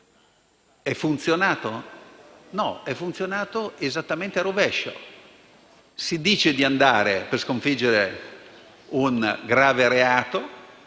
Ha funzionato? No. Ha funzionato esattamente a rovescio. Si propone di andare lì per sconfiggere un grave reato